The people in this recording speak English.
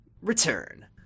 return